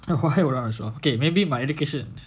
why would I want to show off okay maybe my education